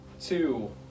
two